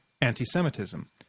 anti-Semitism